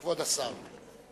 כבוד השר.